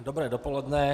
Dobré dopoledne.